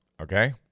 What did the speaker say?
okay